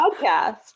podcast